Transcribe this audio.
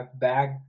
Bag